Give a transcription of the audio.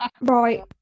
Right